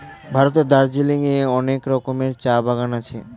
ভারতের দার্জিলিং এ অনেক রকমের চা বাগান আছে